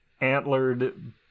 Antlered